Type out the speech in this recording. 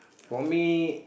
for me